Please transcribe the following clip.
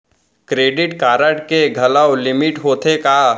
Credit card के घलव limit होथे का?